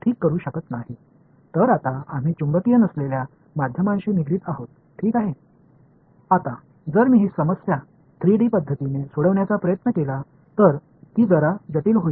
இப்போது நான் இந்த சிக்கலை மிகவும் பொதுவான 3 டி வழியில் தீர்க்க முயற்சித்தால் அது கொஞ்சம் சிக்கலானதாக இருக்கும்